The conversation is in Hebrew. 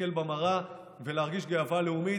להסתכל במראה ולהרגיש גאווה לאומית.